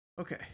Okay